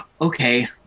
Okay